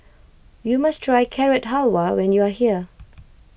you must try Carrot Halwa when you are here